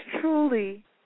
truly